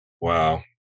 Wow